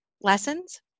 lessons